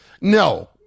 No